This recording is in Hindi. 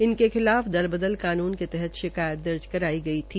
इनके खिलाफ दलबदल कानून के तहत शिकायत दर्ज कराई गई थी